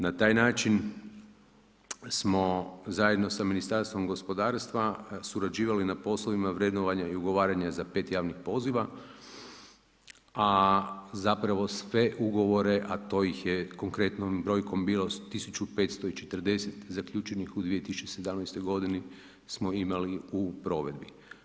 Na taj način smo zajedno sa Ministarstvom gospodarstva surađivali na poslovima vrednovanja i ugovaranja za 5 javnih poziva, a zapravo sve ugovore, a to ih je konkretnom brojkom bilo 1540 zaključenih u 2017. godini smo imali u provedbi.